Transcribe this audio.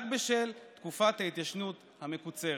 רק בשל תקופת ההתיישנות המקוצרת.